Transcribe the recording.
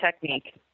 technique